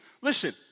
listen